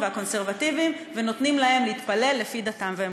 והקונסרבטיבים ונותנים להם להתפלל לפי דתם ואמונתם.